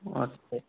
আচ্ছা